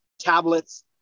tablets